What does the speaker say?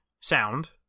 sound